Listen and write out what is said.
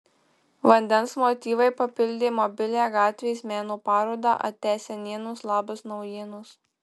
vandens motyvai papildė mobilią gatvės meno parodą atia senienos labas naujienos